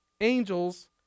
Angels